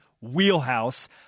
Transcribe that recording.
wheelhouse